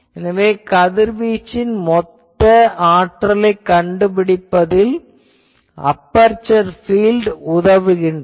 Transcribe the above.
எனவே கதிர்வீச்சின் மொத்த ஆற்றலைக் கண்டுபிடிப்பதில் அபெர்சர் பீல்ட் உதவுகிறது